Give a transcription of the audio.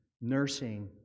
nursing